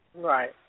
Right